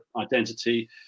identity